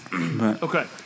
Okay